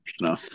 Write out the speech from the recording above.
No